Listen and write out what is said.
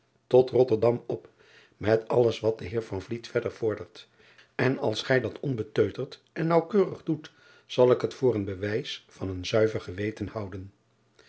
tot otterdam op met alles wat de eer verder vordert en als gij dat onbeteuterd en naauwkeurig doet zal ik het voor een bewijs van een zuiver geweten houden